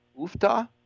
Ufta